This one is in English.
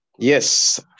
Yes